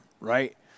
right